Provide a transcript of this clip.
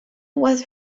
was